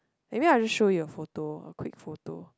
maybe I'll just show you a photo a quick photo